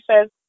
says